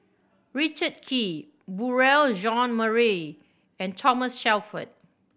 Richard Kee Beurel Jean Marie and Thomas Shelford